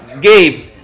Gabe